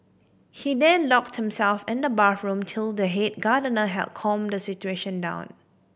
he then locked himself in the bathroom till the head gardener had calmed the situation down